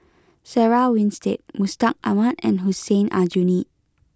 Sarah Winstedt Mustaq Ahmad and Hussein Aljunied